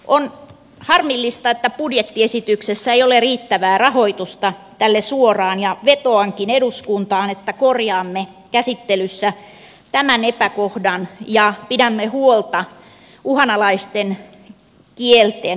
on harmillista että budjettiesityksessä ei ole riittävää rahoitusta tälle suoraan ja vetoankin eduskuntaan että korjaamme käsittelyssä tämän epäkohdan ja pidämme huolta uhanalaisten kielten asemasta